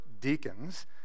deacons